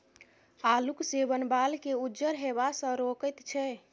आलूक सेवन बालकेँ उज्जर हेबासँ रोकैत छै